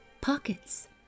pockets